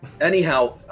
anyhow